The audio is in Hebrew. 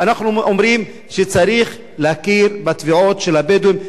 אנחנו אומרים שצריך להכיר בתביעות של הבדואים.